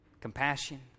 compassion